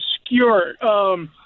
obscure